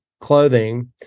clothing